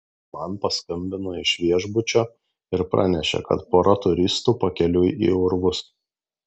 man paskambino iš viešbučio ir pranešė kad pora turistų pakeliui į urvus